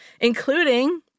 including